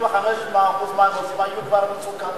95% מהנושאים היו כבר מסוכמים.